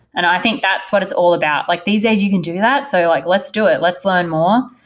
and i think that's what it's all about. like these days you can do that. so like, let's do it. let's learn more.